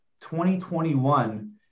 2021